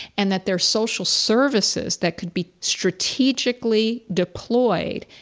and that they're social services that could be strategically deployed?